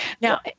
Now